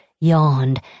yawned